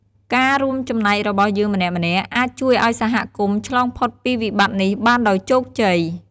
ការរួមចំណែករបស់យើងម្នាក់ៗ អាចជួយឱ្យសហគមន៍ឆ្លងផុតពីវិបត្តិនេះបានដោយជោគជ័យ។